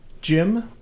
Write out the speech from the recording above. Jim